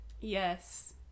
Yes